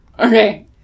Okay